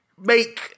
Make